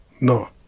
No